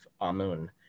Amun